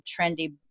trendy